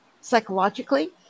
psychologically